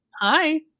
Hi